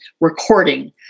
recording